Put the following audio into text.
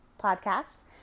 podcast